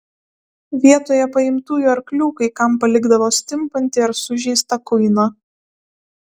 vietoje paimtųjų arklių kai kam palikdavo stimpantį ar sužeistą kuiną